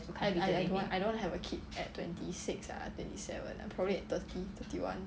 I I I don't want I don't want to have a kid at twenty six ah twenty seven probably at thirty thirty one